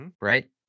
Right